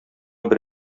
бер